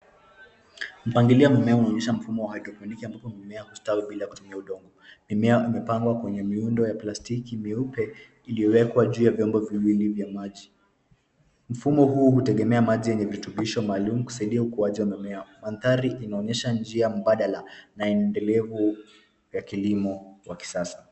Mpangilio wa mimea unaonyesha mfumo wa hydoponiki ambapo mimea hustawi bila kutumia udongo. Mimea imepangwa kwenye miundo ya plastiki mieupe iliyowekwa juu ya vyombo viwili vya maji. Mfumo huu hutegemea maji yenye virutubisho maalum kusaidia ukuaji wa mimea. Mandhari inaonyesha njia mbadala na endelevu ya kilimo wa kisasa.